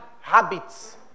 habits